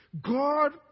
God